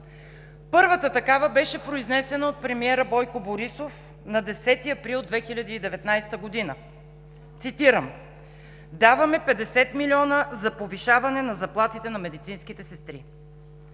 Първата такава беше произнесена от премиера Бойко Борисов на 10 април 2019 г., цитирам: „Даваме 50 милиона за повишаване на заплатите на медицинските сестри“.